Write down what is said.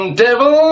devil